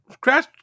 Crash